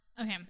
okay